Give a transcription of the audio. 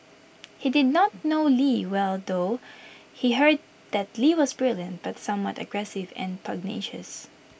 he did not know lee well though he heard that lee was brilliant but somewhat aggressive and pugnacious